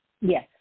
Yes